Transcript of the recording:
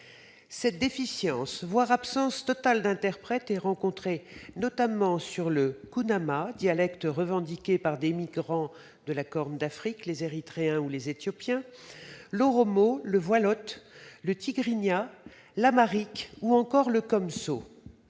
Cette déficience, voire cette absence totale d'interprètes, se rencontre notamment pour le kunama, dialecte revendiqué par des migrants de la Corne de l'Afrique- Érythréens ou Éthiopiens -, l'oromo, le woilotte, le tigrinya, l'amharique ou encore le konso.